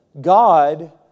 God